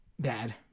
dad